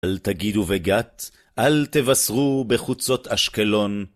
אל תגידו בגת, אל תבשרו בחוצות אשקלון.